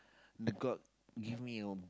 the god give me a